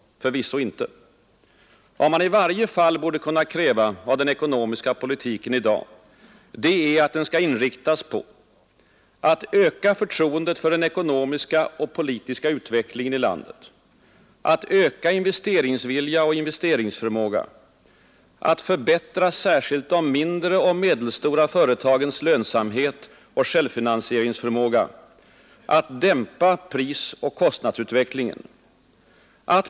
Förvisso inte. Vad man i varje fall borde kunna kräva av den ekonomiska politiken i dag, det är att den skall inriktas på att öka förtroendet för den ekonomiska och politiska utvecklingen i landet; att öka investeringsvilja och investeringsförmåga; att förbättra särskilt de mindre och medelstora företagens lönsamhet och självfinansieringsförmåga; att dämpa prisoch kostnadsutvecklingen.